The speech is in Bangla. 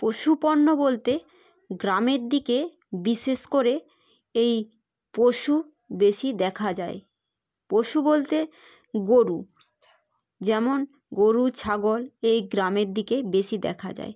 পশুপণ্য বলতে গ্রামের দিকে বিশেষ করে এই পশু বেশি দেখা যায় পশু বলতে গোরু যেমন গোরু ছাগল এই গ্রামের দিকেই বেশি দেখা যায়